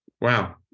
wow